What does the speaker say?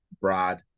Brad